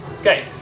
Okay